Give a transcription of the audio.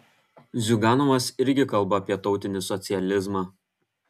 ziuganovas irgi kalba apie tautinį socializmą